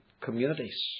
communities